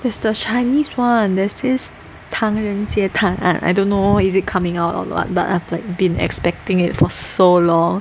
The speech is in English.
there's the Chinese one there's this 唐人街探案 I don't know is it coming out or what but I have been expecting it for so long